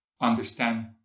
understand